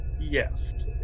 yes